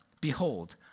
Behold